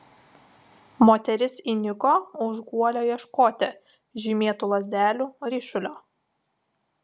moteris įniko už guolio ieškoti žymėtų lazdelių ryšulio